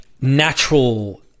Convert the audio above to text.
natural